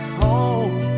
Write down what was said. home